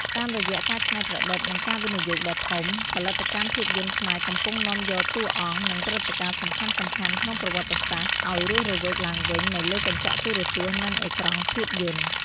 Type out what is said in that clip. តាមរយៈការច្នៃប្រឌិត និងការវិនិយោគដ៏ធំ ផលិតកម្មភាពយន្តខ្មែរកំពុងនាំយកតួអង្គ និងព្រឹត្តិការណ៍សំខាន់ៗក្នុងប្រវត្តិសាស្ត្រឲ្យរស់រវើកឡើងវិញនៅលើកញ្ចក់ទូរទស្សន៍ និងអេក្រង់ភាពយន្ត។